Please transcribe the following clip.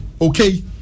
Okay